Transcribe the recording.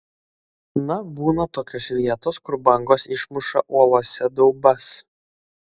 na būna tokios vietos kur bangos išmuša uolose daubas